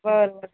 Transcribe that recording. बरं बरं